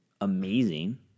amazing